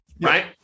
right